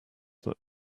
that